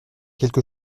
quelque